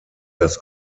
das